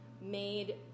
made